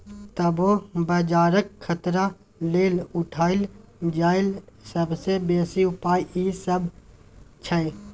तबो बजारक खतरा लेल उठायल जाईल सबसे बेसी उपाय ई सब छै